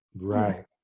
right